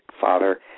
father